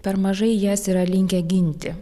per mažai jas yra linkę ginti